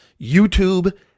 YouTube